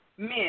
Men